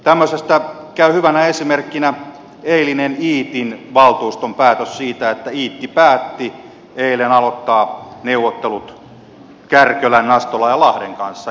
tämmöisestä käy hyvänä esimerkkinä eilinen iitin valtuuston päätös siitä että iitti päätti eilen aloittaa neuvottelut kärkölän nastolan ja lahden kanssa